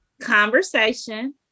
conversation